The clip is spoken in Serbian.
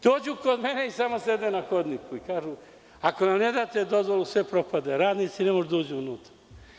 Dođu kod mene i samo sede na hodniku i kažu ako nam ne date dozvolu sve propade, radnici ne mogu da uđu unutra.